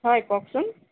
হয় কওকচোন